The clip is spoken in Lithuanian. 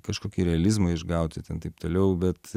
kažkokį realizmą išgauti ten taip toliau bet